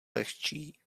lehčí